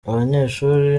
abanyeshuri